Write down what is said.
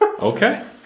Okay